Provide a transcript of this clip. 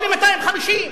או ל-250,